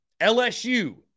LSU